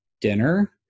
dinner